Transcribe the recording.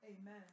amen